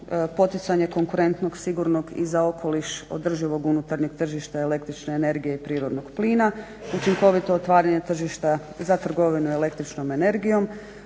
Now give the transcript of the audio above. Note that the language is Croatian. poticanje konkurentnog, sigurnog i za okoliš održivog unutarnjeg tržišta električne energije i prirodnog plina, učinkovito otvaranje tržišta za trgovinu električnom energijom,